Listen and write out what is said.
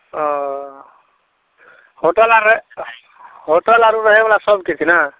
ओ hotel आर रहै hotel आरो रहयवला सभकिछु ने